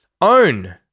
Own